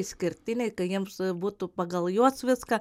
išskirtiniai kad jiems būtų pagal juos viską